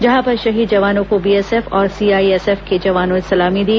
जहां पर शहीद जवानों को बीएसएफ और सीआईएसएफ के जवानों ने सलामी दी